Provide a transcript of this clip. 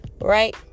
right